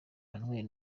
emmanuel